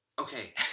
Okay